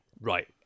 right